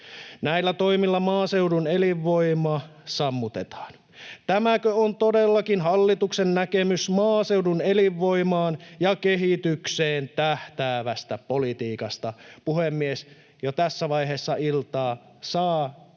Näillä toimilla maaseudun elinvoima sammutetaan. Tämäkö on todellakin hallituksen näkemys maaseudun elinvoimaan ja kehitykseen tähtäävästä politiikasta? Puhemies! Jo tässä vaiheessa iltaa saa